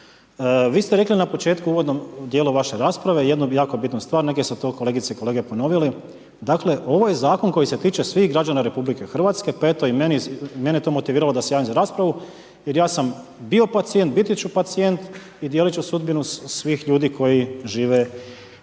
Vi ste rekli na početku u uvodnom dijelu vaše rasprave jednu jako bitnu stvar, neke su to kolegice i kolege ponovili. Dakle, ovo je Zakon koji se tiče svih građana RH, pa eto mene je to motiviralo da se javim raspravu jer ja sam bio pacijent, biti ću pacijent i dijeliti ću sudbinu svih ljudi koji žive oko